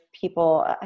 people